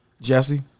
jesse